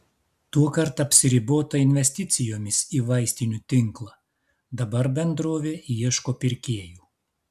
tuokart apsiribota investicijomis į vaistinių tinklą dabar bendrovė ieško pirkėjų